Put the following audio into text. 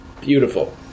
Beautiful